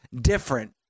different